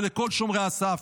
ולכל שומרי הסף,